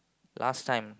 last time